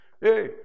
hey